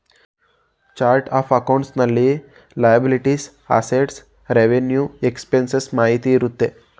chart of accounts ನಲ್ಲಿ liability, assets, revenue expenses ಮಾಹಿತಿ ಇರುತ್ತೆ